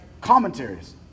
commentaries